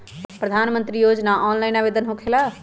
प्रधानमंत्री योजना ऑनलाइन आवेदन होकेला?